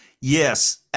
Yes